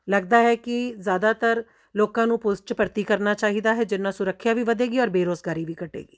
ਲੱਗਦਾ ਹੈ ਕਿ ਜ਼ਿਆਦਾਤਰ ਲੋਕਾਂ ਨੂੰ ਪੁਲਿਸ 'ਚ ਭਰਤੀ ਕਰਨਾ ਚਾਹੀਦਾ ਹੈ ਜਿਹਦੇ ਨਾਲ ਸੁਰੱਖਿਆ ਵੀ ਵਧੇਗੀ ਔਰ ਬੇਰੁਜ਼ਗਾਰੀ ਵੀ ਘੱਟੇਗੀ